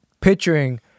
picturing